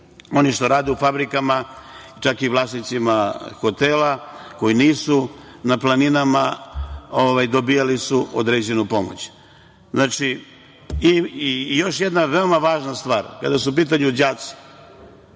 oni što rade u fabrikama, čak i vlasnicima hotela koji nisu na planinama, dobijali su određenu pomoć. Još jedna veoma važna stvar. Kada su u pitanju đaci,